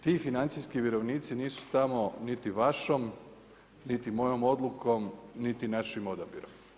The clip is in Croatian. Ti financijski vjerovnici nisu tamo niti vašom niti mojom odlukom niti našim odabirom.